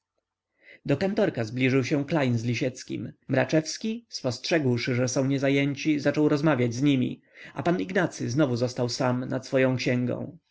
do kantorka zbliżył się klejn z lisieckim mraczewski spostrzegłszy że są nie zajęci zaczął rozmawiać z nimi a pan ignacy znowu został sam nad swoją księgą